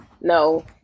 no